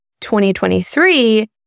2023